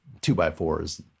two-by-fours